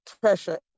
pressure